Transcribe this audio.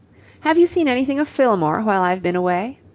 have you seen anything of fillmore while i've been away?